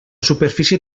superfície